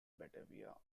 batavia